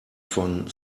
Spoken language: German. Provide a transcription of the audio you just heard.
von